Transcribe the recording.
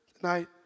tonight